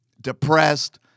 depressed